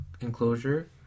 enclosure